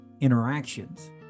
interactions